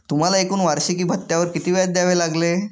तुम्हाला एकूण वार्षिकी भत्त्यावर किती व्याज द्यावे लागले